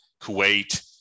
Kuwait